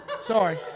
Sorry